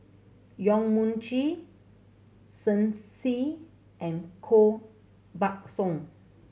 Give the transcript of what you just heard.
Yong Mun Chee Shen Xi and Koh Buck Song